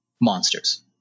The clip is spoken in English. Monsters